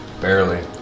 Barely